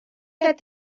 let